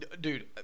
Dude